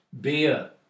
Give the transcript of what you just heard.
beer